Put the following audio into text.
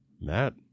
Matt